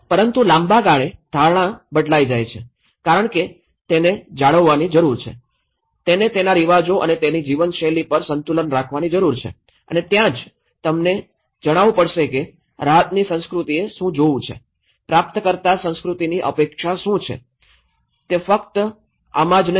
પરંતુ લાંબા ગાળે ધારણા બદલાઇ જાય છે કારણ કે તેને જાળવવાની જરૂર છે તેને તેના રિવાજો અને તેની જીવનશૈલી પર સંતુલન રાખવાની જરૂર છે અને ત્યાં જ તમને જાણવું પડશે કે રાહતની સંસ્કૃતિએ શું જોવું છે પ્રાપ્તકર્તા સંસ્કૃતિની અપેક્ષા શું છે તે ફક્ત માં જ નહીં